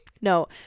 No